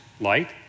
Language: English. light